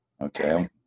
Okay